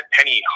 Penny